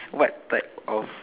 what type of